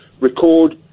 record